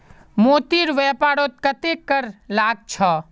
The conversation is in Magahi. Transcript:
मोतीर व्यापारत कत्ते कर लाग छ